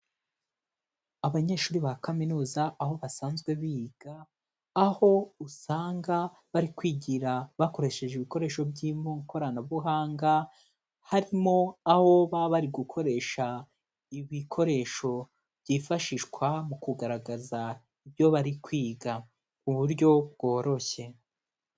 Abanyeshuri ba kaminuza aho basanzwe biga, aho usanga bari kwigira bakoresheje ibikoresho by'ikoranabuhanga, harimo aho baba bari gukoresha ibikoresho byifashishwa mu kugaragaza ibyo bari kwiga uburyo bworoshye.